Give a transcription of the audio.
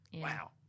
Wow